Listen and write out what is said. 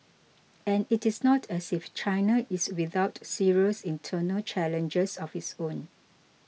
and it is not as if China is without serious internal challenges of its own